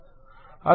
4235x